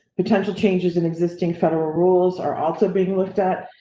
potential changes in existing federal rules are also being looked at.